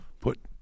Put